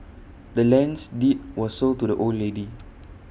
the land's deed was sold to the old lady